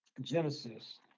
Genesis